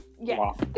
yes